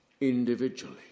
individually